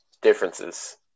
differences